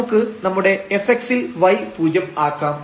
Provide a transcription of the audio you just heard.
നമുക്ക് നമ്മുടെ fx ൽ y പൂജ്യം ആക്കാം